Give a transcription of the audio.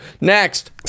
Next